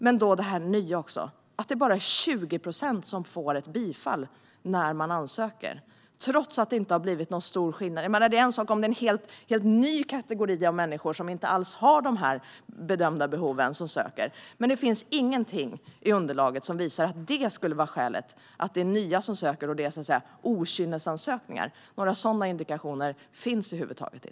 Men också det nya bekymrar mig, att bara 20 procent får bifall när de ansöker - trots att det inte har blivit någon stor skillnad. Det är en sak om det är en helt ny kategori av människor som söker, som inte alls har de bedömda behoven. Men ingenting i underlaget visar att det skulle vara skälet, att det är nya som söker och att det skulle vara okynnesansökningar. Några sådana indikationer finns inte över huvud taget.